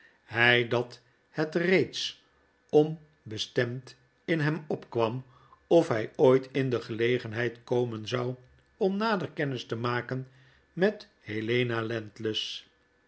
hjj dat het reeds ombestemd in hem opkwam of hij ooit in de gelegenheid komen zou om nader kennis te maken met helena